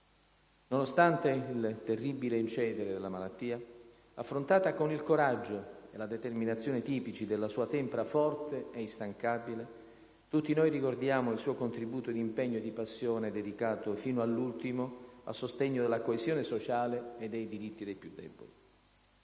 Nonostante il terribile incedere della malattia, affrontata con il coraggio e la determinazione tipici della sua tempra forte e instancabile, tutti noi ricordiamo il suo contributo di impegno e di passione dedicato fino all'ultimo a sostegno della coesione sociale e dei diritti dei più deboli.